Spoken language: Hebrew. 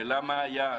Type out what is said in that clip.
השאלה מה היעד.